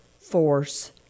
force